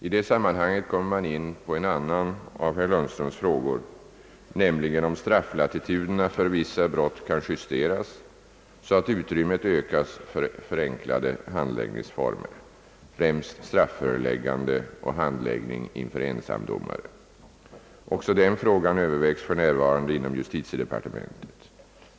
I det sammanhanget kommer man in på en annan av herr Lundströms frågor, nämligen om strafflatituderna för vissa brott kan justeras, så att utrymmet ökas för förenklade handläggningsformer, främst strafföreläggande och handläggning inför ensamdomare. Även den frågan övervägs f. n. inom justitiedepartementet.